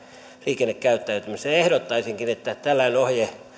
liikennekäyttäytymiseen ehdottaisinkin että